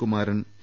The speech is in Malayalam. കുമാരൻ ടി